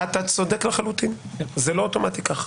אתה צודק לחלוטין, זה לא אוטומטית ככה.